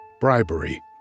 bribery